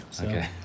Okay